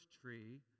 tree